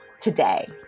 today